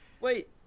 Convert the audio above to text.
Wait